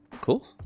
Cool